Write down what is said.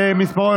נתקבלה.